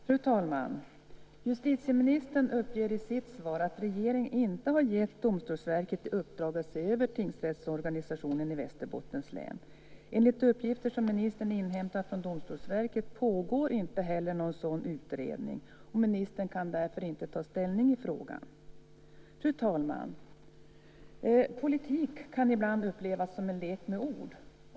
Fru talman! Justitieministern uppger i sitt svar att regeringen inte har gett Domstolsverket i uppdrag att se över tingsrättsorganisationen i Västerbottens län. Enligt uppgifter som ministern inhämtat från Domstolsverket pågår inte heller någon sådan utredningen, och ministern kan därför inte ta ställning i frågan. Fru talman! Politik kan ibland upplevas som en lek med ord.